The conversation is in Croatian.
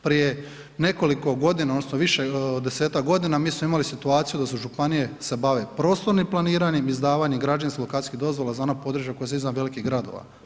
Prije nekoliko godina odnosno više desetaka godina mi smo imali situaciju da županije se bave prostornim planiranjem, izdavanjem građevinskih i lokacijskih dozvola za ona područja koja su izvan velikih gradova.